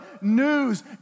news